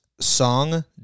song